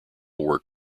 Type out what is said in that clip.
work